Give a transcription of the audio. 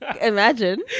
imagine